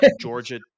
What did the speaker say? Georgia